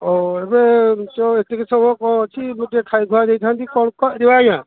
ଓ ଏବେ ତ ଏତିକି ସମୟ କ'ଣ ଅଛି ମୁଁ ଟିକେ ଖାଇଖୁଆ ଦେଇଥାନ୍ତି କ'ଣ କରିବା ଆଜ୍ଞା